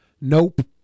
Nope